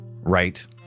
Right